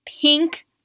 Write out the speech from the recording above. pink